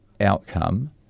Outcome